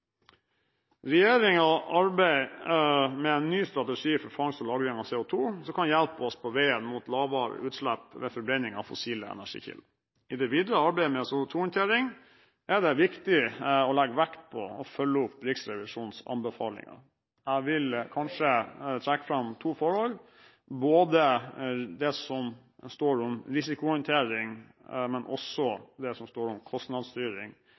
arbeider med en ny strategi for fangst og lagring av CO2 som kan hjelpe oss på veien mot lavere utslipp ved forbrenning av fossile energikilder. I det videre arbeidet med CO2-håndtering er det viktig å legge vekt på å følge opp Riksrevisjonens anbefalinger. Jeg vil kanskje trekke fram to forhold: Både det som står om risikohåndtering, og det som står om kostnadsstyring,